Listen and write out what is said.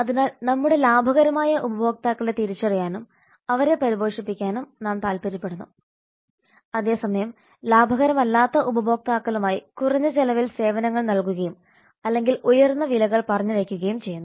അതിനാൽ നമ്മുടെ ലാഭകരമായ ഉപഭോക്താക്കളെ തിരിച്ചറിയാനും അവരെ പരിപോഷിപ്പിക്കാനും നാം താൽപ്പര്യപ്പെടുന്നു അതേസമയം ലാഭകരമല്ലാത്ത ഉപഭോക്താക്കളുമായി കുറഞ്ഞ ചെലവിൽ സേവനങ്ങൾ നൽകുകയും അല്ലെങ്കിൽ ഉയർന്ന വിലകൾ പറഞ്ഞു വെക്കുകയും ചെയ്യുന്നു